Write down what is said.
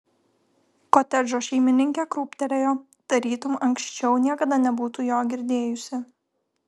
kotedžo šeimininkė krūptelėjo tarytum anksčiau niekada nebūtų jo girdėjusi